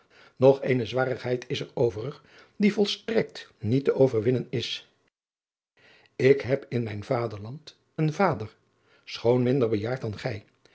nog eene zwarigheid is er overig die volstrekt niet te overwinnen is ik heb in mijn vaderland een vader schoon minder bejaard dan gij